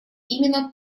именно